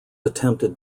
attempted